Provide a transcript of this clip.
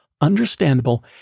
understandable